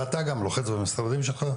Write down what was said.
ואתה גם לוחץ במשרדים שלך,